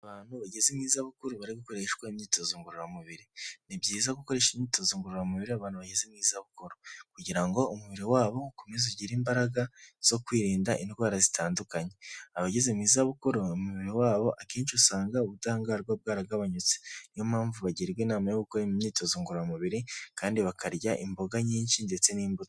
Abantu bageze mu zabukuru bari gukoreshwa imyitozo ngororamubiri. Ni byiza gukoresha imyitozo ngororamubiri abantu bageze mu zabukuru kugira ngo umubiri wabo ukomeze ugire imbaraga zo kwirinda indwara zitandukanye. Abageze mu zabukuru, umubiri wabo akenshi usanga ubudahangarwa bwaragabanuyutse ni yo mpamvu bagirwa inama yo gukora imyitozo ngororamubiri kandi bakarya imboga nyinshi ndetse n'imbuto.